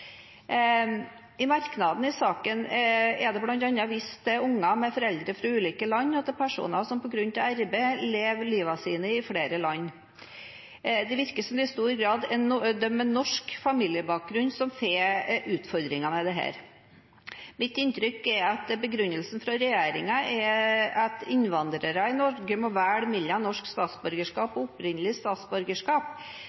I merknadene i saken er det bl.a. vist til unger med foreldre fra ulike land, og til personer som på grunn av arbeid «lever livene sine i flere land». Det virker som om det i stor grad er de med norsk familiebakgrunn som får utfordringer med dette. Mitt inntrykk er at begrunnelsen fra regjeringen er at innvandrere i Norge må velge mellom norsk statsborgerskap